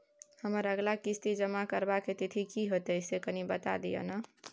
हमर अगला किस्ती जमा करबा के तिथि की होतै से कनी बता दिय न?